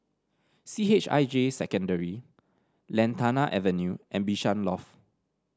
C H I J Secondary Lantana Avenue and Bishan Loft